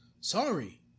Sorry